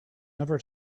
never